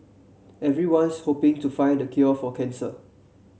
everyone's hoping to find the cure for cancer